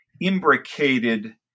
imbricated